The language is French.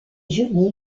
julie